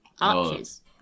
Arches